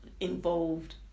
involved